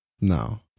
No